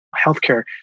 healthcare